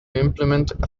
implement